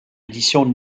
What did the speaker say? édition